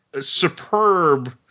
superb